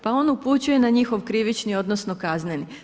Pa on upućuje na njihov krivični, odnosno kazneni.